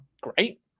great